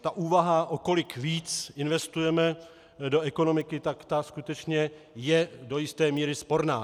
Ta úvaha, o kolik víc investujeme do ekonomiky, ta je skutečně do jisté míry sporná.